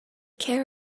care